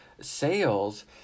sales